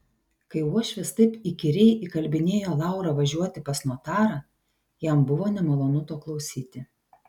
kai uošvis taip įkyriai įkalbinėjo laurą važiuoti pas notarą jam buvo nemalonu to klausyti